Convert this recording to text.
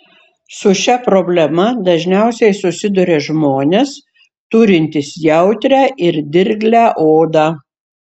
su šia problema dažniausiai susiduria žmonės turintys jautrią ir dirglią odą